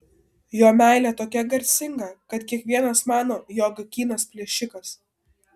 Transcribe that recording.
jo meilė tokia garsinga kad kiekvienas mano jog kynas plėšikas